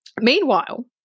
meanwhile